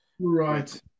right